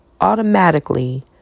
automatically